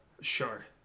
Sure